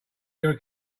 your